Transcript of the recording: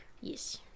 yes